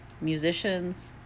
musicians